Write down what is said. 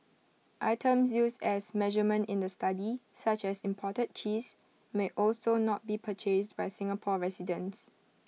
items used as A measurement in the study such as imported cheese may also not be purchased by Singapore residents